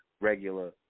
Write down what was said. regular